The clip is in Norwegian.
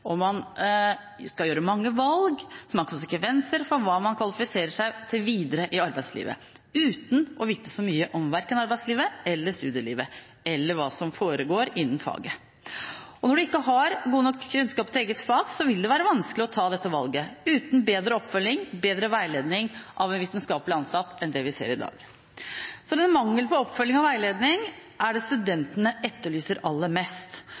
hvor man skal gjøre mange valg som har konsekvenser for hva man kvalifiserer seg til videre i arbeidslivet, uten å vite så mye om verken arbeidslivet, studielivet eller hva som foregår innen faget. Når man ikke har god nok kjennskap til eget fag, vil det være vanskelig å ta dette valget uten bedre oppfølging og bedre veiledning av en vitenskapelig ansatt enn det vi ser i dag. Denne mangelen på oppfølging og veiledning er det studentene etterlyser aller mest,